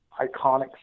iconic